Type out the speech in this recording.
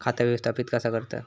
खाता व्यवस्थापित कसा करतत?